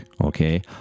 okay